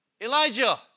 Elijah